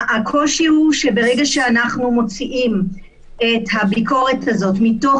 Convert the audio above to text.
הקושי הוא שברגע שאנחנו מוציאים את הביקורת הזאת מתוך